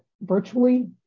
virtually